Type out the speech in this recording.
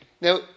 Now